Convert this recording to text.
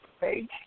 page